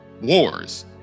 Wars